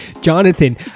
Jonathan